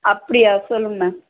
அப்படியா சொல்லுங்கள் மேம்